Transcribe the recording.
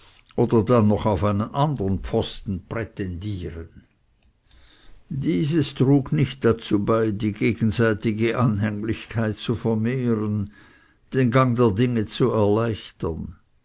oder dann noch auf einen andern pfosten pretendieren dieses trug nicht dazu bei die gegenseitige anhänglichkeit zu vermehren den gang der dinge zu erleichtern